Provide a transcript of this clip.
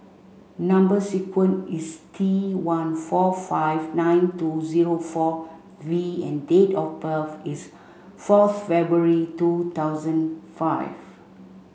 number sequence is T one four five nine two zero four V and date of birth is fourth February two thousand five